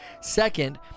Second